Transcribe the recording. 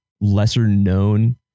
lesser-known